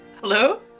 Hello